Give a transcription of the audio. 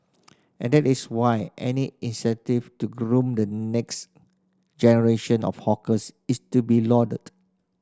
and that is why any initiative to groom the next generation of hawkers is to be lauded